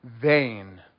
vain